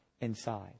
inside